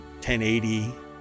1080